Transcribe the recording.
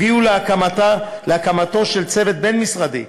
הביאו להקמתו של צוות בין-משרדי,